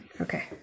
Okay